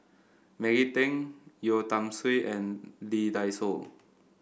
Maggie Teng Yeo Tiam Siew and Lee Dai Soh